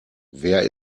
wer